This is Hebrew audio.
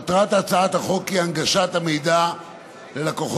מטרת הצעת החוק היא הנגשת המידע ללקוחות